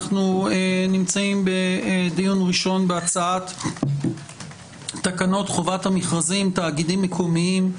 אנחנו נמצאים בדיון ראשון בהצעת תקנות חובת המכרזים (תאגידים מקומיים),